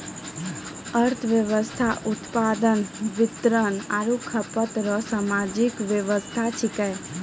अर्थव्यवस्था उत्पादन वितरण आरु खपत रो सामाजिक वेवस्था छिकै